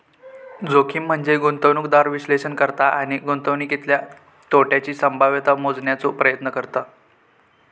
जोखीम म्हनजे गुंतवणूकदार विश्लेषण करता आणि गुंतवणुकीतल्या तोट्याची संभाव्यता मोजण्याचो प्रयत्न करतत